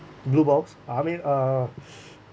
blue balls I mean uh